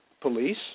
police